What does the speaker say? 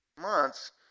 months